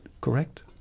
correct